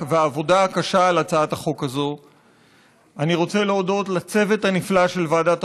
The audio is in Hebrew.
התשע"ט 2019, עברה בקריאה שלישית ותיכנס לספר